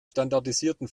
standardisierten